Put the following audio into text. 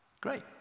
Great